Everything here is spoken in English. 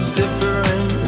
different